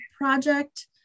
project